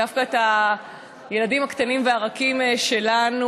דווקא את הילדים הקטנים והרכים שלנו.